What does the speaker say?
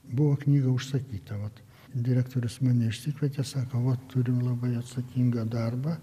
buvo knyga užsakyta vat direktorius mane išsikvietė sako vat turiu labai atsakingą darbą